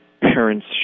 parents